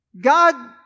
God